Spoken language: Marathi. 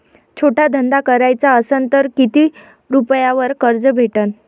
छोटा धंदा कराचा असन तर किती रुप्यावर कर्ज भेटन?